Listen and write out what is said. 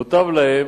מוטב להם